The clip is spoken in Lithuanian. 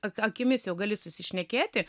akimis jau gali susišnekėti